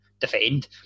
defend